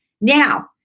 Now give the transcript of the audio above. Now